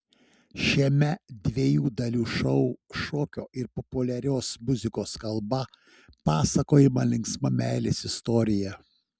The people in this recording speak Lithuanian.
šiame dviejų dalių šou šokio ir populiarios muzikos kalba pasakojama linksma meilės istorija